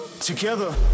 together